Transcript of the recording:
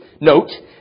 Note